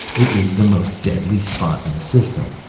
it is the most deadly spot in the system.